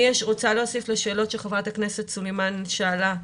אני רוצה להוסיף לשאלות שחברת הכנסת סלימאן שאלה: